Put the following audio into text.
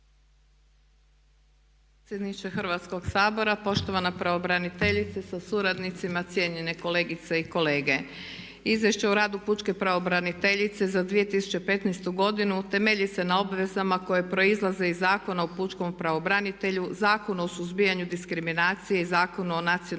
Hrvatskog sabora. Poštovana pravobraniteljice sa suradnicima. Cjenjene kolegice i kolege. Izvješće o radu pučke pravobraniteljice za 2015.godinu temelji se na obvezama koje proizlaze iz Zakona o pučkom pravobranitelju, Zakonu o suzbijanju diskriminacije i Zakonu o nacionalom